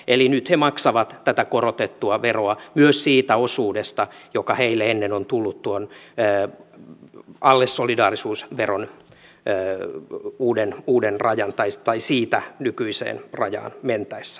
eli nyt he maksavat tätä korotettua veroa myös siitä osuudesta joka heille ennen on tullut alle tuon solidaarisuusveron uuden rajan tai siitä nykyiseen rajaan mentäessä